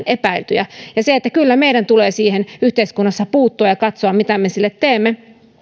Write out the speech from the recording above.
epäiltyjä ja kyllä meidän tulee siihen yhteiskunnassa puuttua ja katsoa mitä me sille teemme kun